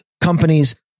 companies